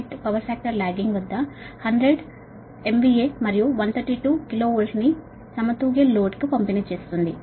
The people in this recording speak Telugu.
8 పవర్ ఫాక్టర్ లాగ్గింగ్ వద్ద 100 MVA మరియు 132 KVని బాలన్స్డ్ లోడ్ కు పంపిణీ చేస్తుంది